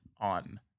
on